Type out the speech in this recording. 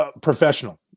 professional